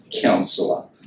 Counselor